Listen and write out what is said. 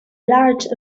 large